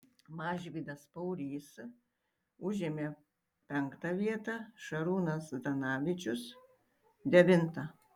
mažvydas paurys užėmė penktą vietą šarūnas zdanavičius devintą